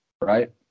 right